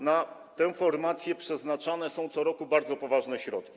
Na tę formację przeznaczane są co roku bardzo poważne środki.